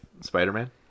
spider-man